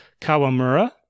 Kawamura